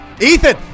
Ethan